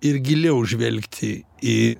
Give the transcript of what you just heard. ir giliau žvelgti į